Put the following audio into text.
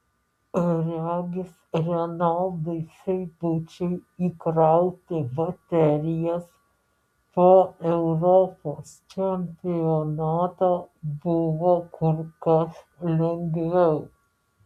regis renaldui seibučiui įkrauti baterijas po europos čempionato buvo kur kas lengviau